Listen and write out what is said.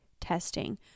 testing